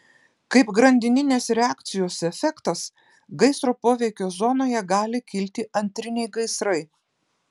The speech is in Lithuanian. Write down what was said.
kaip grandininės reakcijos efektas gaisro poveikio zonoje gali kilti antriniai gaisrai